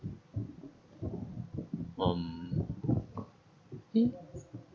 mm